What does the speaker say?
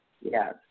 Yes